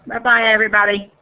bye bye, everybody.